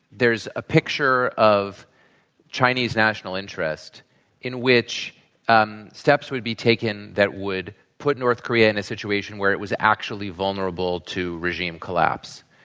there's a picture of chinese national interests in which um steps would be taken that would put north korea in a situation where it was actually vulnerable to regime collapse.